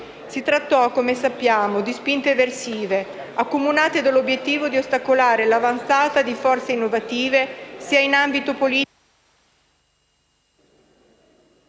Si trattò, come sappiamo, di spinte eversive accomunate dall'obiettivo di ostacolare l'avanzata di forze innovative, sia in ambito politico che in ambito sociale.